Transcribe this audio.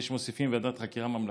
יש מוסיפים "ועדת חקירה ממלכתית".